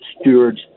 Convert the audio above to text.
Stewards